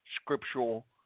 scriptural